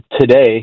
today